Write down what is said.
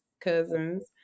cousins